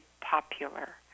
popular